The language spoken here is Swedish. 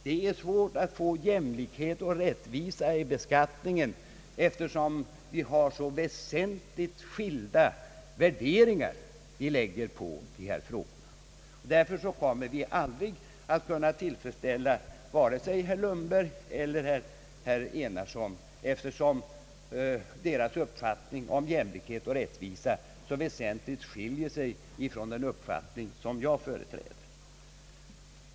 Det är svårt att få jämlikhet och rättvisa i beskattningen, eftersom vi har så väsentligt skilda värderingar när det gäller dessa frågor. Vi kommer därför aldrig att kunna tillfredsställa vare sig herr Lundberg eller herr Enarsson, eftersom deras uppfattning om jämlikhet och rättvisa så väsentligt skiljer sig från den uppfattning som jag företräder.